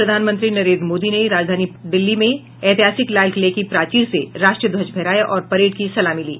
प्रधानमंत्री नरेंद्र मोदी ने राजधानी दिल्ली में ऐतिहासिक लालकिले की प्राचीर से राष्ट्रीय ध्वज फहराया और परेड की सलामी ली